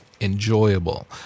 enjoyable